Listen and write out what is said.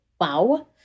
Wow